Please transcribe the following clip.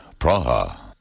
Praha